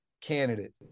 candidate